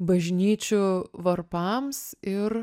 bažnyčių varpams ir